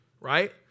right